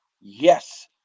Yes